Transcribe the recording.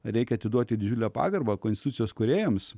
reikia atiduoti didžiulę pagarbą konstitucijos kūrėjams